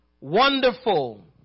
Wonderful